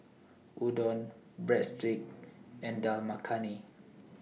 Udon Breadsticks and Dal Makhani